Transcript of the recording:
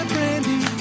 Brandy